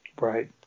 Right